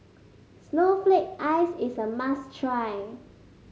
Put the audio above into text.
Snowflake Ice is a must try